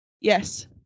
yes